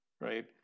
right